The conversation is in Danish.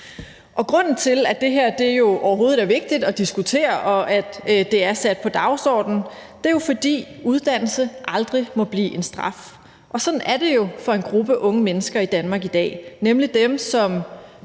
Grunden til, at det her overhovedet er vigtigt at diskutere, og at det er sat på dagsordenen, er jo, at uddannelse aldrig må blive en straf. Og sådan er det jo for en gruppe unge mennesker i Danmark i dag, nemlig dem,